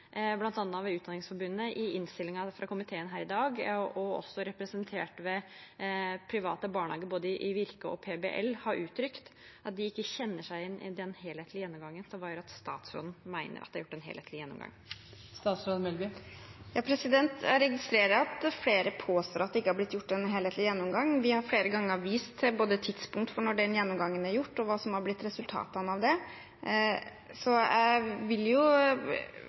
Utdanningsforbundet, som er sitert i innstillingen til denne saken, og de som representerer de private barnehagene, både Virke og PBL, Private Barnehagers Landsforbund, har uttrykt at de ikke kjenner seg igjen i den helhetlige gjennomgangen. Hva gjør at statsråden mener at de har hatt en helhetlig gjennomgang? Jeg registrerer at flere påstår at det ikke har blitt gjort en helhetlig gjennomgang. Vi har flere ganger vist til både tidspunkt for når den gjennomgangen ble gjort, og hva som har blitt resultatene av det. Jeg